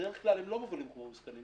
בדרך כלל הם לא מובילים חומרים מסוכנים,